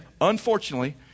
unfortunately